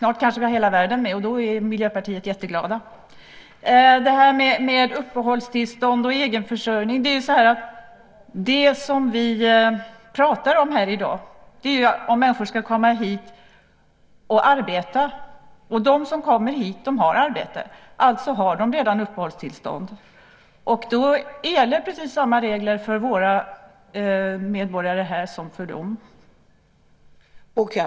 Fru talman! Vi blir gladare ju fler länder som ingår. Snart kanske vi har hela världen med, och då blir vi i Miljöpartiet jätteglada. När det gäller frågan om uppehållstillstånd och egenförsörjning ska jag säga följande. Det som vi talar om här i dag gäller om människor ska komma hit och arbeta. Och de som kommer hit har arbete, alltså har de redan uppehållstillstånd. Då gäller precis samma regler för våra medborgare som för dem.